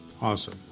Awesome